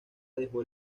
dejó